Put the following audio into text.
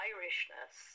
Irishness